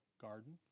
garden